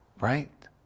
Right